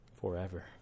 forever